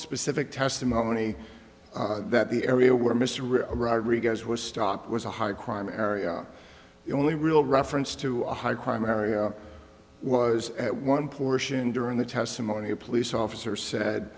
specific testimony that the area where mr rodriguez was stock was a high crime area the only real reference to a high crime area was at one portion during the testimony a police officer said